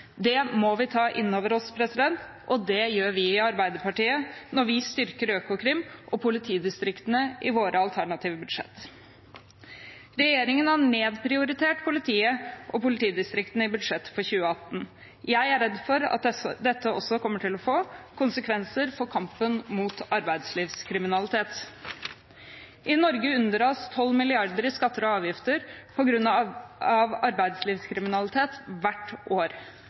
Det må vi ta inn over oss, og det gjør vi i Arbeiderpartiet når vi styrker Økokrim og politidistriktene i våre alternative budsjetter. Regjeringen har nedprioritert politiet og politidistriktene i budsjettet for 2018. Jeg er redd for at dette også kommer til å få konsekvenser for kampen mot arbeidslivskriminalitet. I Norge unndras hvert år 12 mrd. kr i skatter og avgifter på grunn av arbeidslivskriminalitet.